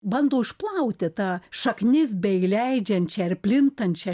bando išplauti tą šaknis beįleidžiančią ir plintančią